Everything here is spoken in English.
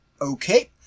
Okay